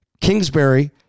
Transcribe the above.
Kingsbury